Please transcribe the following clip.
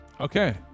Okay